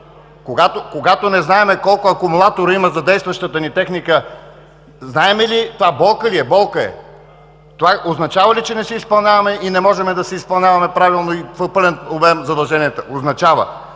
Когато не знаем колко акумулатора има за действащата ни техника, това болка ли е? Болка е! Това означава ли, че не си изпълняваме и не можем да си изпълняваме правилно и в пълен обем задълженията? Означава.